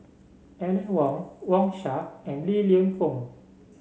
Aline Wong Wang Sha and Li Lienfung